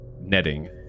netting